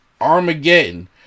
Armageddon